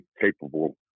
capable